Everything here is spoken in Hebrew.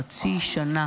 חצי שנה